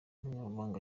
umunyamabanga